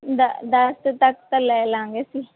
ਦ ਦਸ ਤੱਕ ਤਾਂ ਲੈ ਲਵਾਂਗੇ ਅਸੀਂ